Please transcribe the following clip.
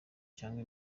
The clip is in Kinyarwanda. cyangwa